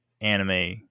anime